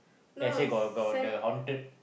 then I say got got got the haunted